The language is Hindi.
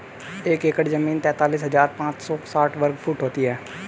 एक एकड़ जमीन तैंतालीस हजार पांच सौ साठ वर्ग फुट होती है